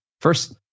first